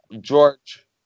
George